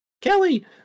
Kelly